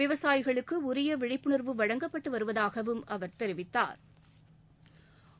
விவசாயிகளுக்கு உரிய விழிப்புணா்வு வழங்கப்பட்டு வருவதாகவும் அவா் தெரிவித்தாா்